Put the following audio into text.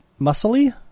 muscly